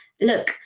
look